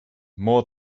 more